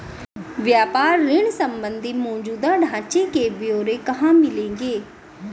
व्यापार ऋण संबंधी मौजूदा ढांचे के ब्यौरे कहाँ मिलेंगे?